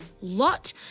lot